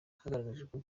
hagaragajwe